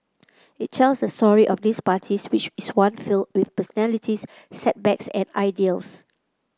it tells the story of these parties which is one filled with personalities setbacks and ideals